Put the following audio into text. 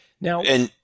Now